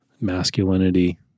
masculinity